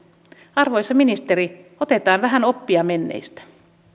arvoisa ministeri otetaan vähän oppia menneistä